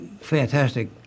fantastic